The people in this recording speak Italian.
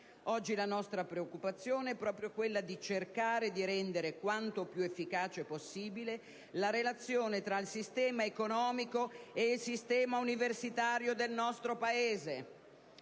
Oggi la nostra preoccupazione è proprio quella di cercare di rendere quanto più efficace possibile la relazione tra il sistema economico e il sistema universitario del nostro Paese.